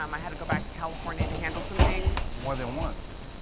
um i had to go back to california to handle some things. more than once.